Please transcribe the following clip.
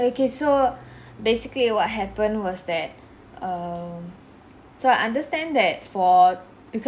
okay so basically what happened was that um so I understand that for beca~